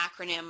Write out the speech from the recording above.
acronym